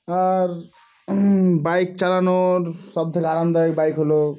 আর bike চালানোর সবথেকে আরামদায়ক বাইক হলো